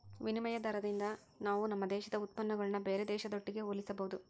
ವಿನಿಮಯ ದಾರದಿಂದ ನಾವು ನಮ್ಮ ದೇಶದ ಉತ್ಪನ್ನಗುಳ್ನ ಬೇರೆ ದೇಶದೊಟ್ಟಿಗೆ ಹೋಲಿಸಬಹುದು